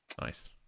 nice